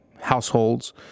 households